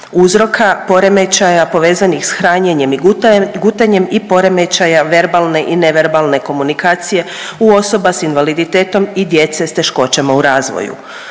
uzroka poremećaja povezanih s hranjenjem i gutanjem i poremećaja verbalne i neverbalne komunikacije u osoba s invaliditetom i djece s teškoćama u razvoju.